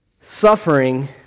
suffering